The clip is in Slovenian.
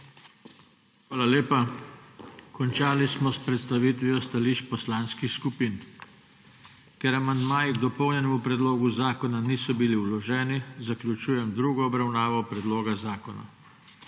Hvala lepa. Končali smo s predstavitvijo stališč poslanskih skupin. Ker amandmaji k dopolnjenemu predlogu zakona niso bili vloženi, zaključujem drugo obravnavo predloga zakona.